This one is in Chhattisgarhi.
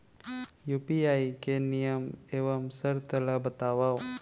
यू.पी.आई के नियम एवं शर्त ला बतावव